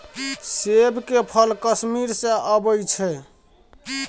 सेब के फल कश्मीर सँ अबई छै